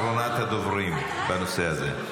אחרונת הדוברים בנושא הזה.